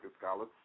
scholars